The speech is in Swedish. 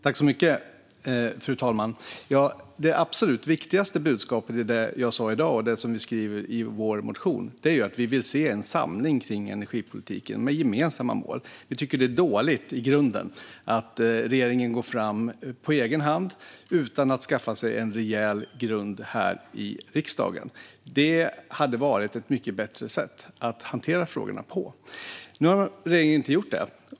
Fru talman! Det absolut viktigaste budskapet i det jag sa i dag och det vi skriver i vår motion är att vi vill se samling kring energipolitiken med gemensamma mål. Vi tycker att det är dåligt i grunden att regeringen går fram på egen hand utan att skaffa sig en rejäl grund här i riksdagen. Det hade varit ett mycket bättre sätt att hantera frågorna på. Nu har regeringen inte gjort det.